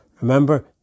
Remember